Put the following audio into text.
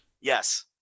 Yes